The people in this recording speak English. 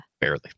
Barely